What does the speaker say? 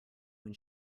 when